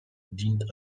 dient